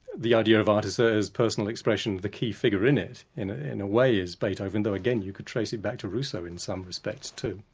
the idea of art as ah as personal expression the key figure in it, in it, in a way is beethoven, though again you could trace it back to rousseau in some respects too.